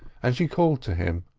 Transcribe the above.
and she called to him.